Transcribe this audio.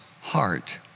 heart